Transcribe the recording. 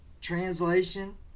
translation